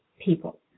people